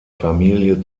familie